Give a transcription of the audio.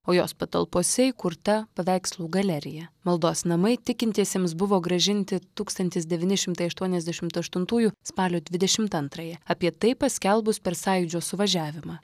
o jos patalpose įkurta paveikslų galerija maldos namai tikintiesiems buvo grąžinti tūkstantis devyni šimtai aštuoniasdešimt aštuntųjų spalio dvidešimt antrąją apie tai paskelbus per sąjūdžio suvažiavimą